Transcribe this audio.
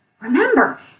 Remember